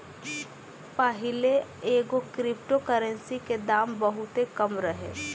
पाहिले एगो crypto currency के दाम बहुते कम रहे